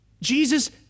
Jesus